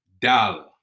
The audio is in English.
dollar